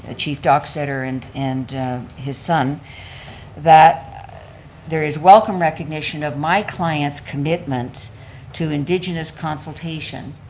ah chief dockstader and and his son that there is welcome recognition of my client's commitment to indigenous consultation,